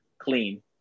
clean